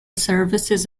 services